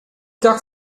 tard